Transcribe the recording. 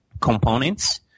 components